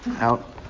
out